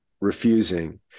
refusing